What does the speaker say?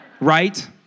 Right